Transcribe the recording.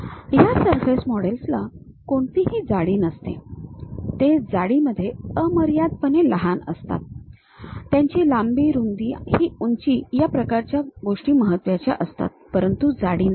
या सरफेस मॉडेल्सना कोणतीही जाडी नसते ते जाडीमध्ये अमर्यादपणे लहान असतात त्यांची लांबी रुंदी ही उंची या प्रकारच्या गोष्टी महत्त्वाच्या असतात परंतु जाडी नाही